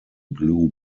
blue